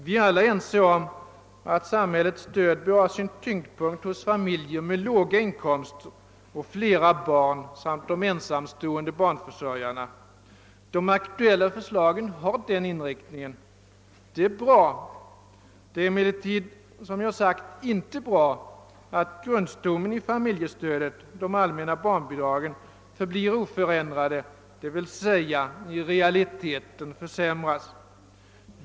Vi är alla ense om att samhällets stöd bör ha sin tyngdpunkt hos familjer med låga inkomster och flera barn samt hos ensamstående barnförsörjare. De aktuella förslagen har den inriktningen. De är bra. Det är emellertid som jag sagt inte bra att grundstommen i familjestödet, de allmänna barnbidragen, förblir oförändrad, d.v.s. i realiteten försämras.